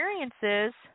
experiences